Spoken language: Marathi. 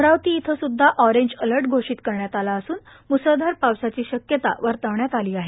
अमरावती येथे सुद्धा ऑरेंज अलर्ट घोषित करण्यात आला असून म्सळधार पावसाची शक्यता वर्तवण्यात आली आहे